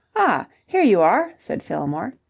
ah! here you are! said fillmore.